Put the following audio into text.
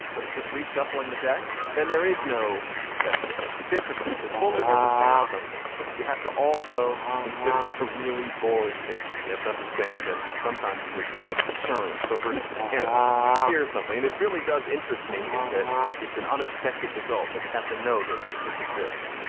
but it's just reshuffling the deck. then there is no sex difference. it's interesting to fully understand something. you have to also consider how really boring cases. you have to understand that sometimes you just get churn. so ferc's hample here is something and it really does interest me in that it's an unexpected result. but you have to know that this exists.